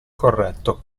corretto